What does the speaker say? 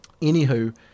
Anywho